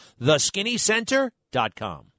theskinnycenter.com